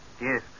Yes